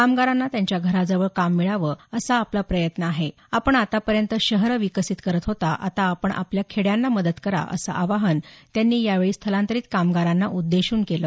कामगारांना त्यांच्या घराजवळ काम मिळावं असा आपला प्रयत्न आहे आपण आतापर्यंत शहरं विकसित करत होता आता आपण आपल्या खेड्यांना मदत करा असं आवाहन त्यांनी यावेळी स्थलांतरित कामरांना उद्देशून केलं